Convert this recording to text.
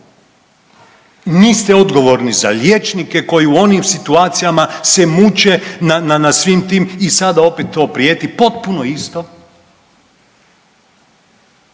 niste odgovorni za liječnike koji oni u onim situacijama se muče na svim tim i sada opet to prijeti potpuno isto.